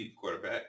quarterback